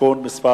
(תיקון מס'